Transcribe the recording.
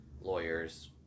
lawyers